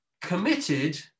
committed